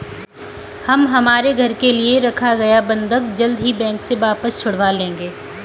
हम हमारे घर के लिए रखा गया बंधक जल्द ही बैंक से वापस छुड़वा लेंगे